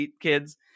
kids